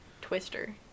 Twister